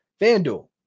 FanDuel